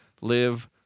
live